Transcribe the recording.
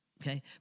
okay